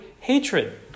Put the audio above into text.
hatred